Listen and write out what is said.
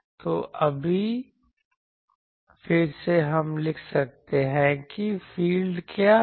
तो अभी फिर से हम लिखते हैं कि फील्ड क्या हैं